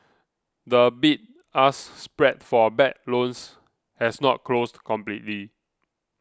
the bid ask spread for bad loans has not closed completely